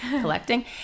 collecting